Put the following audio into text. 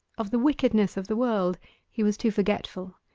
of the wickedness of the world he was too forgetful.